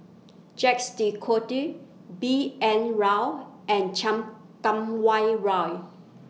Jacques De Coutre B N Rao and Chan Kum Wah Roy